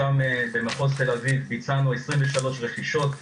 שם במחוז תל אביב ביצענו 23 רכישות.